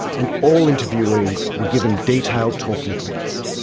and all interviewees were given detailed talking points.